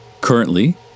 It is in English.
Currently